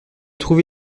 trouvé